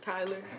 Tyler